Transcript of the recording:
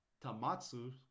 Tamatsu